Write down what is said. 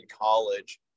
college